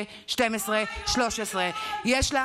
נתעלם מהנתון ש-78% מהשכול בישראל בא מהפריפריה.